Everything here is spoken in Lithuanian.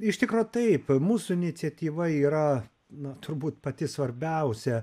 iš tikro taip mūsų iniciatyva yra na turbūt pati svarbiausia